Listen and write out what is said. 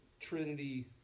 trinity